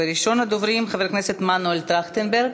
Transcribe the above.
ראשון הדוברים, חבר הכנסת מנואל טרכטנברג,